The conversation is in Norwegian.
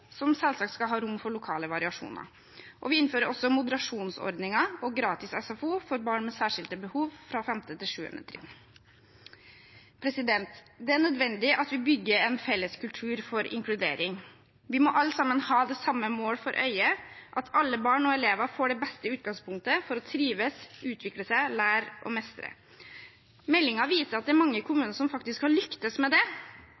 som selvsagt skal ha rom for lokale variasjoner. Vi innfører også moderasjonsordninger og gratis SFO for barn med særskilte behov på 5.–7. trinn. Det er nødvendig at vi bygger en felles kultur for inkludering. Vi må alle sammen ha samme mål for øye – at alle barn og elever får det beste utgangspunktet for å trives, utvikle seg, lære og mestre. Meldingen viser at det er mange kommuner som faktisk har lyktes med det, men å få med flere krever en holdningsendring. Det